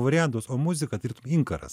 variantus o muzika tarytum inkaras